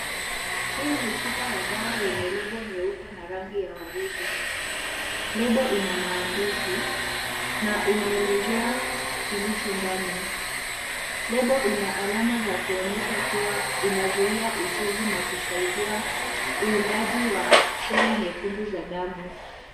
Hii ni chupa ya dawa yenye lebo nyeupe na rangi ya waridi . Lebo ina maandishi na inelezea kilicho ndani . Lebo ina alama za kuonyesha kuwa inazuia uchovu na kusaidia uundaji wa seli nyekundu za damu.